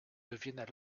deviennent